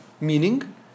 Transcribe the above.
meaning